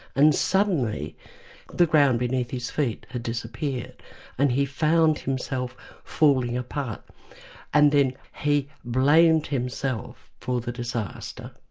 and suddenly the ground beneath his feet had disappeared and he found himself falling apart and then he blamed himself for the disaster.